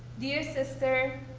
dear sister,